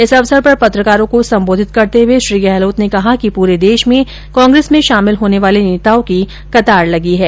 इस अवसर पर पत्रकारों को संबोधित करते हुए श्री गहलोत ने कहा कि पूरे देष में कांग्रेस में शामिल होने वाले नेताओं की कतार लगी है